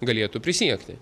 galėtų prisiekti